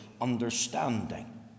understanding